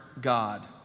God